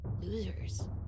losers